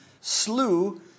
slew